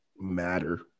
matter